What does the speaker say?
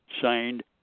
signed